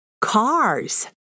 Cars